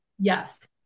Yes